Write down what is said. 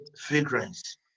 fragrance